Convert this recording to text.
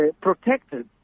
protected